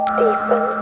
deepen